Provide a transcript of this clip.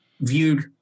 viewed